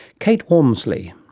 kate womersley.